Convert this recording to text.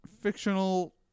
fictional